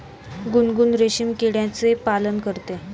गुनगुन रेशीम किड्याचे पालन करते